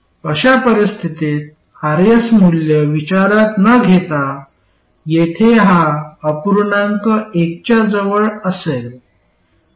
अशा परिस्थितीत Rs मूल्य विचारात न घेता येथे हा अपूर्णांक एकच्या जवळ असेल